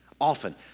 often